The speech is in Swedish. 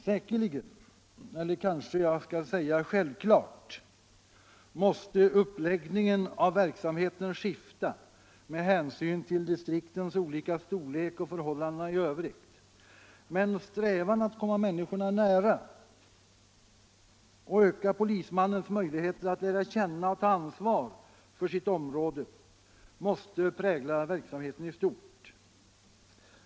Säkerligen — eller kanske jag skall säga självklart — måste uppläggningen av verksamheten skifta med hänsyn till distriktens olika storlek och förhållandena i övrigt, men strävan att komma människorna nära och öka polismannens möjligheter att lära känna och ta ansvar för sitt område måste prägla verksamheten i stort.